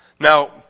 Now